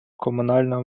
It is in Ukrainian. комунального